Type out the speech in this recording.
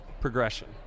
progression